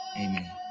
amen